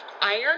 iron